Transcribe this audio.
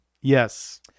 Yes